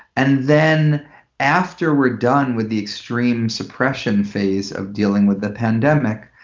and then after we're done with the extreme suppression phase of dealing with the pandemic,